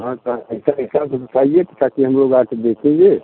हाँ तो पैसा ऐसा तो बताइए ताकि हम लोग आकर देखेंगे